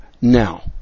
now